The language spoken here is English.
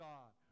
God